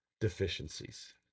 deficiencies